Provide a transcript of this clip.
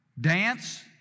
dance